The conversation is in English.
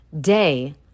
day